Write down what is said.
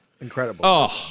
incredible